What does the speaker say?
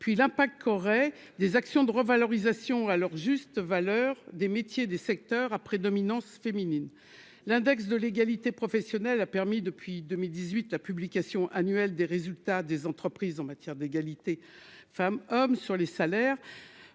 puis l'impact qu'aurait des actions de revalorisation à leur juste valeur des métiers des secteurs à prédominance féminine l'index de l'égalité professionnelle, a permis depuis 2018 la publication annuelle des résultats des entreprises en matière d'égalité femmes-hommes sur les salaires